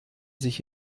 sich